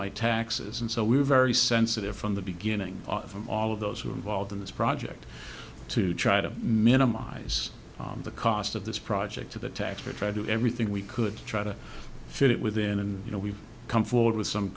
my taxes and so we're very sensitive from the beginning from all of those who are involved in this project to try to minimize the cost of this project to the taxpayer try to everything we could try to fit within and you know we've come forward with some